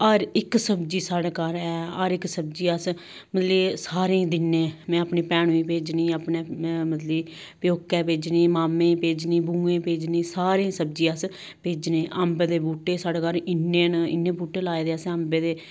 हर इक सब्जी साढ़े घर ऐ हर इक सब्जी ऐ मतलब एह् सारें गी दिन्ने अपनी भैनू गी भेजनी अपने मतलब कि प्योके भेजनी माम्मे गी भेजनी बुएं गी भेजनी सारें गी सब्जी अस भेजने आं अंब दे बूह्टे साढ़े घर इ'न्ने ना इ'न्ने बूह्टे लाए दे असें अंबै दे